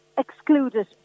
excluded